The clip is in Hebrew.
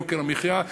יוקר המחיה,